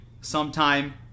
sometime